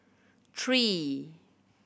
three